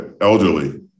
elderly